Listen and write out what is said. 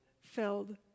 filled